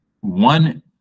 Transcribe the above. one